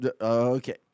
okay